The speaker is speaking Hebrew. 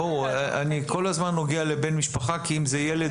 אני כל הזמן נוגע לבן משפחה כי אם זה ילד,